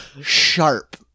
sharp